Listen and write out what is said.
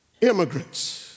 immigrants